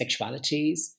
sexualities